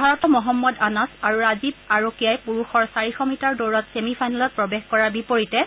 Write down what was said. ভাৰতৰ মহম্মদ আনাছ আৰু ৰাজীৱ আৰোকিয়াই পুৰুষৰ চাৰিশ মিটাৰ দৌৰত ছেমি ফাইনেলত প্ৰৱেশ কৰাৰ বিপৰীতে